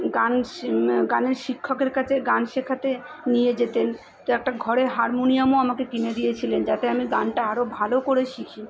গান শি গানের শিক্ষকের কাছে গান শেখাতে নিয়ে যেতেন কে একটা ঘরে হারমোনিয়ামও আমাকে কিনে দিয়েছিলেন যাতে আমি গানটা আরও ভালো করে শিখি